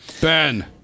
Ben